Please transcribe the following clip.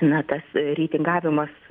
na tas reitingavimas